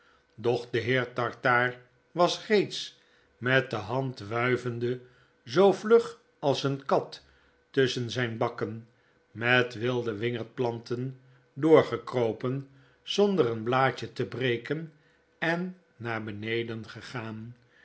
doch de heer tartaar was reeds met de hand wuivende zoo vlug als eene kat tusschen zgn bakken met wilde wingerdplanten door gekropen zonder een blaadje te breken en naar beneden gegaan